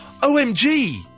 OMG